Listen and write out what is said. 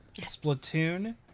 Splatoon